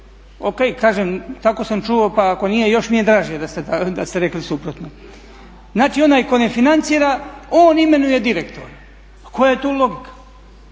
O.K, kažem, tako sam čuo pa ako nije još mi je draže da ste rekli suprotno. Znači onaj tko ne financira on imenuje direktora. A koja je tu logika?